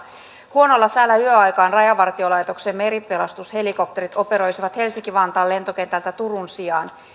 huonolla säällä yöaikaan rajavartiolaitoksen meripelastushelikopterit operoisivat helsinki vantaan lentokentältä turun sijaan